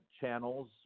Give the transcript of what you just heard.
channels